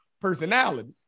personality